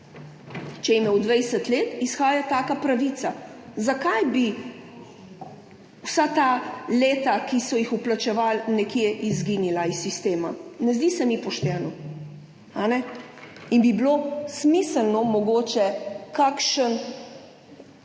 Če je imel 20 let, izhaja taka pravica. Zakaj bi vsa ta leta, ki so jih vplačevali, nekje izginila iz sistema. Ne zdi se mi pošteno, a ne, in bi bilo smiselno mogoče tudi